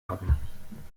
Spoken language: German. backen